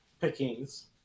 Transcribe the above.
pickings